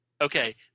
Okay